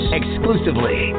exclusively